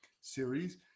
series